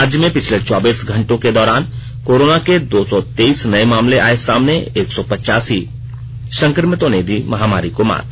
राज्य में पिछले चौबीस घंटों के दौरान कोरोना के दो सौ तेईस नये मामले आये सामने एक सौ पचासी संक्रमितों ने दी महामारी को मात